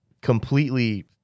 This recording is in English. completely